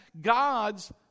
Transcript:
God's